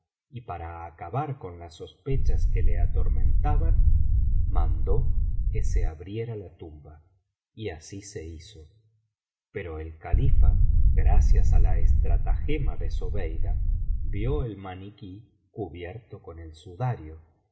y para acabar con las sospechas que le atormentaban mandó que se abriera la tumba y así se hizo pero el califa gracias á la estratagema de zobeida vio el maniquí cubierto con el sudario